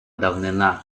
давнина